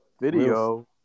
video